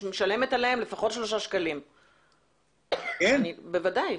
משלמת עבורם לפחות 3 שקלים, בוודאי,